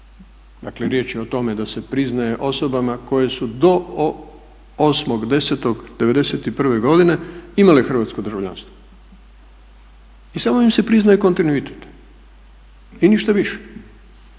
dakle riječ je o tome da se priznaje osobama koje su do 8.10.'91. godine imale hrvatsko državljanstvo i samo im se priznaje kontinuitet i ništa više.